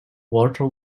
walter